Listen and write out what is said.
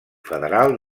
federal